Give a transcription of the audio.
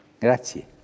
Grazie